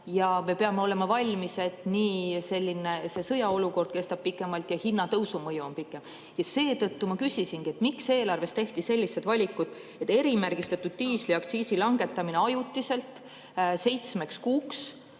ja me peame olema valmis, et see sõjaolukord kestab pikemalt ja hinnatõusu mõju on pikem. Seetõttu ma küsisingi, miks eelarves tehti sellised valikud, et erimärgistatud diisli aktsiis langetatakse ajutiselt,